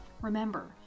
Remember